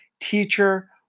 Teacher